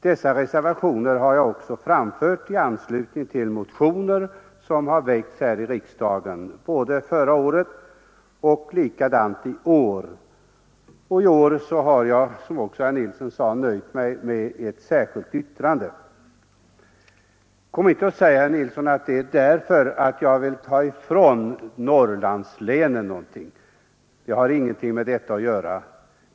Dessa reservationer har jag också framfört i anslutning till motioner som väckts här i riksdagen både förra året och i år, och i år har jag, som också herr Nilsson sade, nöjt mig med ett särskilt yttrande. Kom inte och säg, herr Nilsson, att det är för att jag vill ta ifrån Norrlandslänen någonting. Det har ingenting med saken att göra.